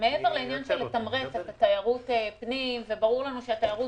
מעבר לעניין של תמרוץ תיירות פנים וברור לנו שתיירות